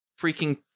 freaking